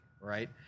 right